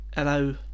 Hello